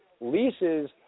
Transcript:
leases